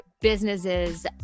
businesses